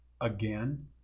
again